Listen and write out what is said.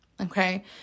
okay